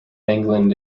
england